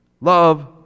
Love